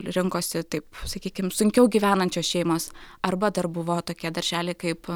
rinkosi taip sakykim sunkiau gyvenančios šeimos arba dar buvo tokie darželiai kaip